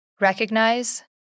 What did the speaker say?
Recognize